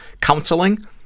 counseling